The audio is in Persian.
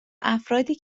افرادی